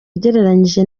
ugereranyije